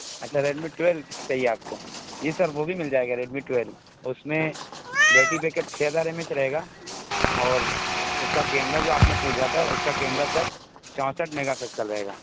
اچھا Redmi twelve چاہیے آپ کو جی سر وہ بھی مل جائے گا ریڈمی ٹوئیل اس میں بیٹری بیک اپ چھ ہزار ایم ایچ رہے گا اور اس کا کیمرا جو آپ نے پوچھا تھا اس کا کیمرا سر چونسٹھ میگا پکسل رہے گا